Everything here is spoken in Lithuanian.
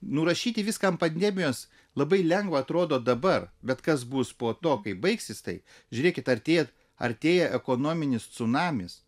nurašyti viską ant pandemijos labai lengva atrodo dabar bet kas bus po to kai baigsis tai žiūrėkit artėja artėja ekonominis cunamis